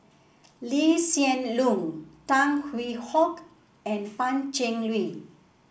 Lee Hsien Loong Tan Hwee Hock and Pan Cheng Lui